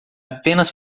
apenas